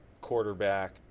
quarterback